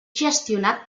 gestionat